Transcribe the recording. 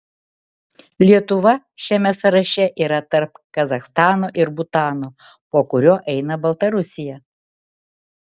lietuva šiame sąraše yra tarp kazachstano ir butano po kurio eina baltarusija